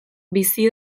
bizi